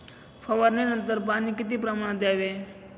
फवारणीनंतर पाणी किती प्रमाणात द्यावे?